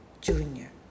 junior